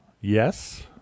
Yes